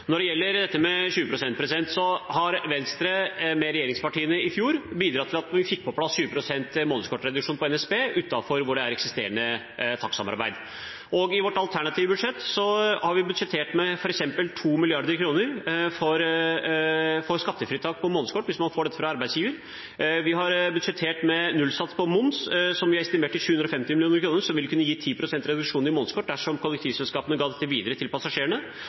Når det gjelder dette med 20 pst., bidro Venstre sammen med regjeringspartiene i fjor til at vi fikk på plass 20 pst. månedskortreduksjon på NSB utenfor der det er eksisterende takstsamarbeid. I vårt alternative budsjett har vi budsjettert med f.eks. 2 mrd. kr i skattefritak på månedskort hvis man får dette fra arbeidsgiver. Vi har budsjettert med nullsats på moms, som vi har estimert til 750 mill. kr, som vil kunne gi 10 pst. reduksjon i månedskort dersom kollektivselskapene ga det videre til passasjerene,